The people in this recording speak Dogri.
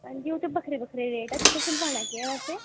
एह् बक्खरे बक्खरे रेट ऐ बैसे तुसें सिलवाना केह् ऐ